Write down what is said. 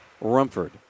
Rumford